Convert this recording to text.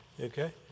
Okay